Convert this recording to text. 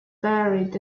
buried